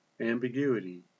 ambiguity